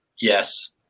yes